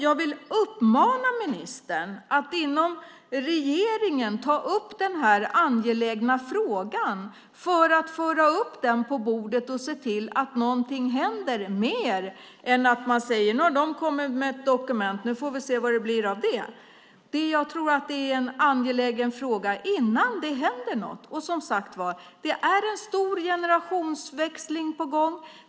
Jag vill uppmana ministern att ta upp den här angelägna frågan inom regeringen och föra upp den på bordet och se till att det händer någonting mer än att man säger: Nu har de kommit med ett dokument. Nu får vi se vad det blir av det. Jag tror att det är en angelägen fråga att göra något innan det händer något. Det är en stor generationsväxling på gång.